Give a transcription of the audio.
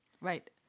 Right